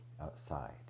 outside